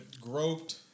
groped